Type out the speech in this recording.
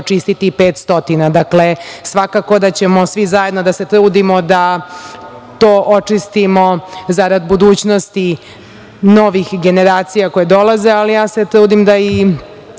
očistiti 500. Dakle, svakako da ćemo svi zajedno da se trudimo da to očistimo zarad budućnosti novih generacija koje dolaze. Ja se trudim da im